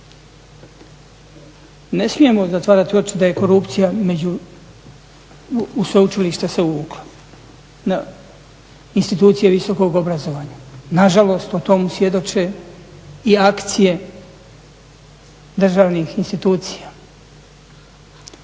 Ne smijemo zatvarati oči da je korupcija među, u sveučilišta se uvukla na institucije visokog obrazovanja. Nažalost o tome svjedoče i akcije državnih institucija.